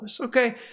Okay